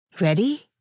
Ready